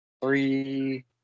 Three